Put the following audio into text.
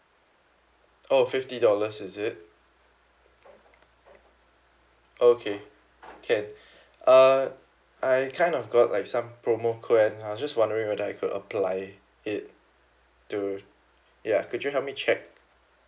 oh fifty dollars is it okay can uh I kind of got like some promo code and I'm just wondering whether I could apply it to ya could you help me check